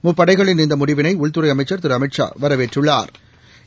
முப்படைகளின் இந்த முடிவினை உள்துறை அமைச்சா் திரு அமித்ஷா வரவேற்றுள்ளாா்